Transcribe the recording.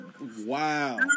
Wow